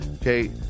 Okay